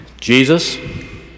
Jesus